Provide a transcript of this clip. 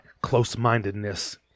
close-mindedness